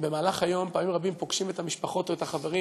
במהלך היום אנחנו פעמים רבות פוגשים את המשפחות או חברים